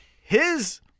His-